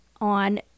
on